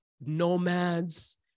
nomads